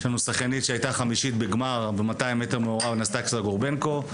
יש לנו שחיינית שהיתה חמישית בגמר ב-200 מעורב בשם אנסטסיה גורבנקו,